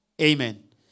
Amen